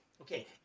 okay